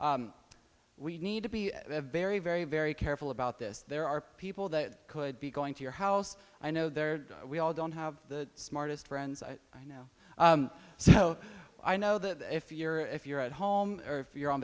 we need to be very very very careful about this there are people that could be going to your house i know there we all don't have the smartest friends i know so i know that if you're if you're at home or you're on